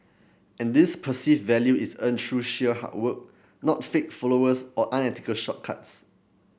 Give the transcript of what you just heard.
and this perceived value is earned through sheer hard work not fake followers or unethical shortcuts